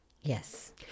Yes